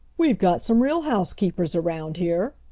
we've got some real housekeepers around here,